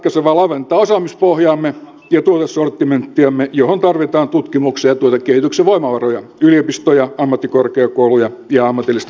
laventaa osaamispohjaamme ja tuotesortimenttiamme johon tarvitaan tutkimuksen ja tuotekehityksen voimavaroja yliopistoja ammattikorkeakouluja ja ammatillista koulutusta